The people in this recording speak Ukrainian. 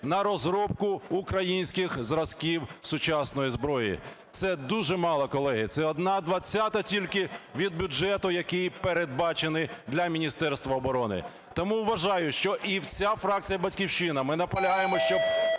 на розробку українських зразків сучасної зброї. Це дуже мало, колеги, це одна двадцята тільки від бюджету, який передбачений для Міністерства оборони. Тому вважаю, що… і вся фракція "Батьківщина", ми наполягаємо, щоб